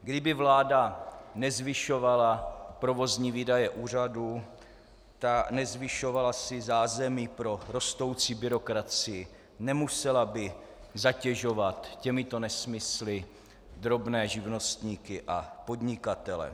Kdyby vláda nezvyšovala provozní výdaje úřadů, nezvyšovala si zázemí pro rostoucí byrokracii, nemusela by zatěžovat těmito nesmysly drobné živnostníky a podnikatele.